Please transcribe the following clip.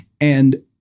And-